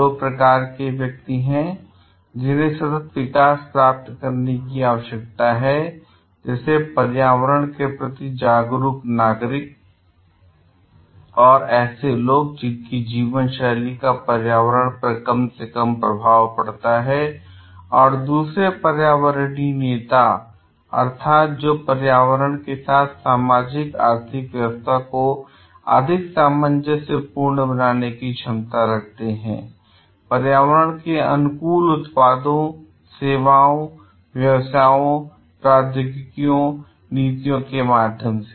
दो प्रकार के व्यक्ति हैं जिन्हें सतत विकास प्राप्त करने की आवश्यकता है जैसे पर्यावरण के प्रति जागरूक नागरिक ऐसे लोग जिनकी जीवन शैली का पर्यावरण पर कम से कम प्रभाव पड़ता है और दूसरे पर्यावरणीय नेता अर्थात जो पर्यावरण के साथ सामाजिक आर्थिक व्यवस्था को अधिक सामंजस्यपूर्ण बनाने की क्षमता रखते हैं पर्यावरण के अनुकूल उत्पादों सेवाओं व्यवसायों प्रौद्योगिकियों और नीतियों के माध्यम से